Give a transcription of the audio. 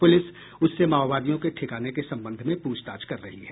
police उससे माओवादियों के ठिकाने के संबंध में पूछताछ कर रही है